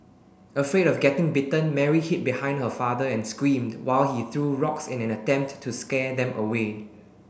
afraid of getting bitten Mary hid behind her father and screamed while he threw rocks in an attempt to scare them away